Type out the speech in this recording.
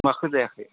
माखौ जायाखै